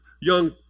young